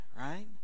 right